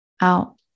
out